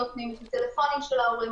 זה הטלפונים של ההורים,